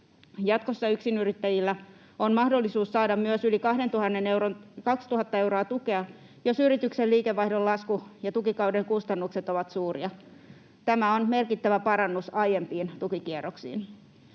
Jatkossa yksinyrittäjillä on mahdollisuus saada myös yli 2 000 euroa tukea, jos yrityksen liikevaihdon lasku ja tukikauden kustannukset ovat suuria. Tämä on merkittävä parannus aiempiin tukikierroksiin.